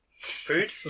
Food